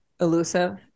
elusive